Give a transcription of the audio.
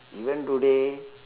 even today